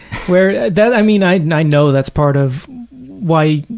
where that, i mean, i know that's part of why,